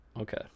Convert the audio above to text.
okay